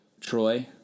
Troy